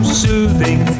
soothing